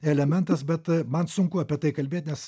elementas bet man sunku apie tai kalbėt nes